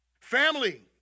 Family